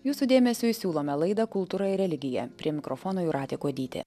jūsų dėmesiui siūlome laidą kultūra ir religija prie mikrofono jūratė kuodytė